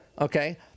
Okay